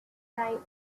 night